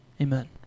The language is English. Amen